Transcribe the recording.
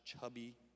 chubby